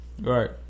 Right